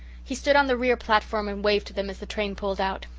he stood on the rear platform and waved to them as the train pulled out.